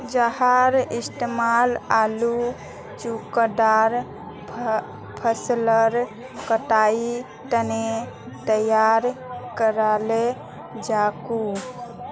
जहार इस्तेमाल आलू चुकंदर फसलेर कटाईर तने तैयार कराल जाछेक